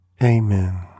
Amen